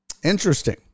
interesting